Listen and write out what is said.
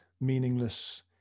meaningless